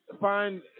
find